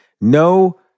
No